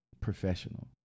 professional